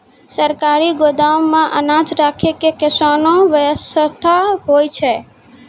सरकारी गोदाम मे अनाज राखै के कैसनौ वयवस्था होय छै?